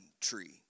tree